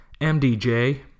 MDJ